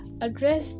Address